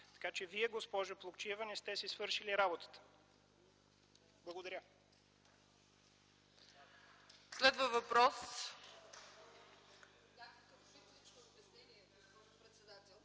Така че Вие, госпожо Плугчиева, не сте си свършили работата. Благодаря. (Частични